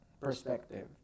perspective